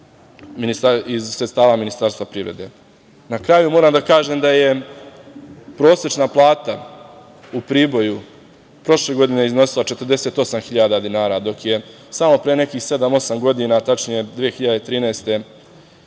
iz sredstava Ministarstva privrede. Na kraju moram da kažem da je prosečna plata u Priboju prošle godine iznosila 48.000 dinara, dok je samo pre nekih sedam-osam godina, tačnije 2013.